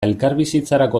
elkarbizitzarako